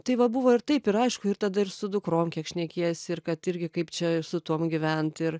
tai va buvo ir taip ir aišku ir tada ir su dukrom kiek šnekiesi ir kad irgi kaip čia su tuom gyvent ir